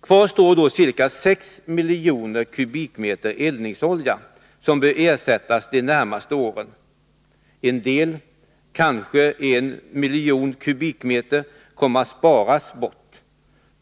Kvar står då ca 6 miljoner m? eldningsolja, som bör ersättas de närmaste åren. En del— kanske 1 miljon m? — kommer att sparas bort.